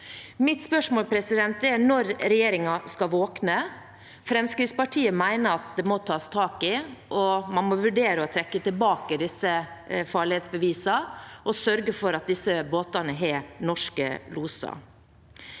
Mitt spørsmål er: Når skal regjeringen våkne? Fremskrittspartiet mener at det må tas tak i dette. Man må vurdere å trekke tilbake disse farledsbevisene og sørge for at disse båtene har norske loser.